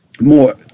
more